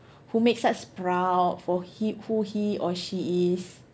who makes us proud for he who he or she is